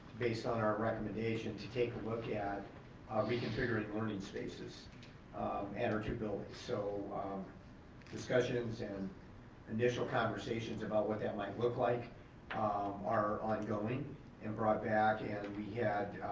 based on our recommendation, to take a look at reconfiguring learning spaces at our two buildings. so discussions and initial conversations about what that might look like are ongoing and brought back. and we had,